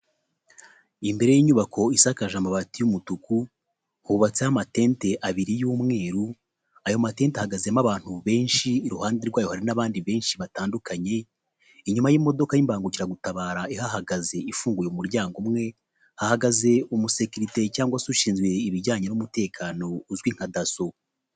Imbere y'inyubako isakaje amabati y'umutuku hubatseho amatente abiri y'umweru ayo matete ahagazemo abantu benshi iruhande rwayo hari n'abandi benshi batandukanye inyuma y'modoka y'imbangukiragutabara ihahagaze ifunguye umuryango umwe, hagaze umusekeriteri cyangwag se ushinzwe ibijyanye n'umutekano uzwi nka daso.